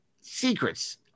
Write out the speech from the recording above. secrets